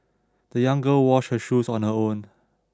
the young girl washed her shoes on her own